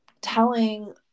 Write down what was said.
Telling